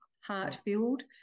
heart-filled